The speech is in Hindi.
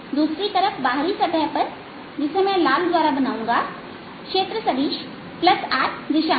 दूसरी तरफ बाहरी सतह पर जिसे मैं लाल द्वारा बनाऊंगा क्षेत्र सदिश r दिशा में है